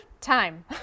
time